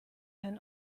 einen